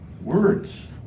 words